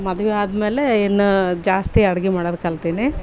ಮದುವೆ ಆದ್ಮೇಲೆ ಇನ್ನೂ ಜಾಸ್ತಿ ಅಡಿಗೆ ಮಾಡೋದು ಕಲ್ತಿನಿ